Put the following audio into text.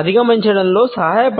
అధిగమించడంలో సహాయపడతాయి